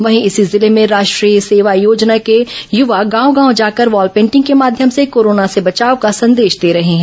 वहीं इसी जिले में राष्ट्रीय सेवा ैयोजना के यूवाओं ने गांव गांव जाकर वॉल पेंटिंग के माध्यम से कोरोना से बचाव का संदेश दे रहे हैं